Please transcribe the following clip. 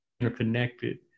interconnected